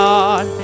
God